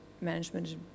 management